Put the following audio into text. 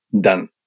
done